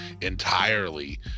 entirely